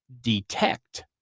detect